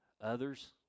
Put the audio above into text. Others